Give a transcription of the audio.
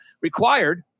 required